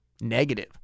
negative